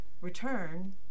return